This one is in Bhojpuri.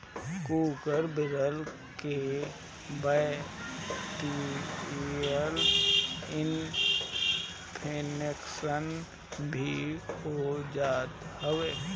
कुकूर बिलार के बैक्टीरियल इन्फेक्शन भी हो जात हवे